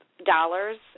dollars